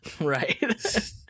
Right